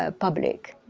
ah public.